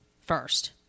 first